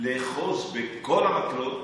לאחוז בכל המקלות